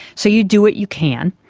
so you do what you can.